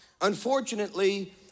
Unfortunately